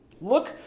look